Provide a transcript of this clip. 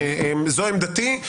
זו עמדתי,